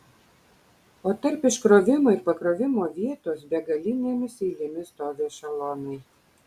o tarp iškrovimo ir pakrovimo vietos begalinėmis eilėmis stovi ešelonai